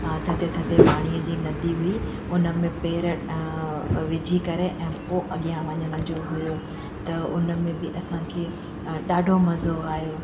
थधे थधे पाणीअ जी नदी हुई उनमें पैर विझी करे ऐं पोइ अॻियां वञण जो हुयो त उनमें बि असांखे ॾाढो मज़ो आहियो